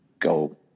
go